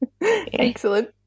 Excellent